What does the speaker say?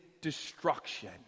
destruction